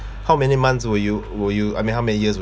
how many months will you will you I mean how many years